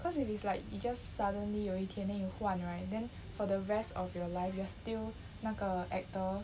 cause if it's like you just suddenly 有一天 then you 换 right then for the rest of your life you are still 那个 actor